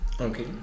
Okay